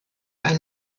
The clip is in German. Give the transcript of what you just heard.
ein